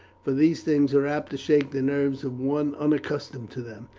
for these things are apt to shake the nerves of one unaccustomed to them.